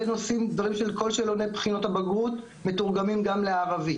נושאים גדולים כל שאלוני בחינות הבגרות מתורגמים גם לערבית,